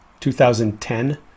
2010